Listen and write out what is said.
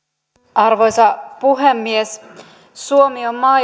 arvoisa puhemies suomi on maa